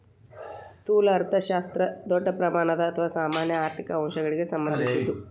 ಸ್ಥೂಲ ಅರ್ಥಶಾಸ್ತ್ರ ದೊಡ್ಡ ಪ್ರಮಾಣದ ಅಥವಾ ಸಾಮಾನ್ಯ ಆರ್ಥಿಕ ಅಂಶಗಳಿಗ ಸಂಬಂಧಿಸಿದ್ದು